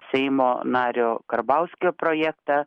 seimo nario karbauskio projektą